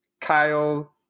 Kyle